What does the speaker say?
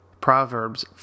Proverbs